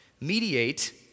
mediate